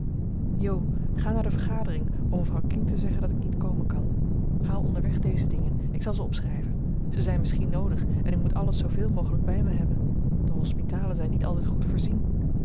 ga naar de vergadering om mevrouw king te zeggen dat ik niet komen kan haal onderweg deze dingen ik zal ze opschrijven ze zijn misschien noodig en ik moet alles zooveel mogelijk bij me hebben de hospitalen zijn niet altijd goed voorzien